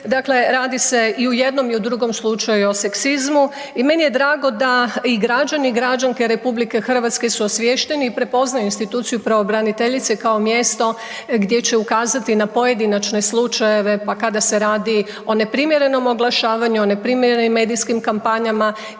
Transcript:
Dakle radi se i u jednom i u drugom slučaju o seksizmu i meni je drago da i građani i građanke RH su osviješteni i prepoznaju instituciju pravobraniteljice kao mjesto gdje će ukazati na pojedinačne slučajeve, pa kada se radi o neprimjerenom oglašavanju, o neprimjerenim medijskim kampanjama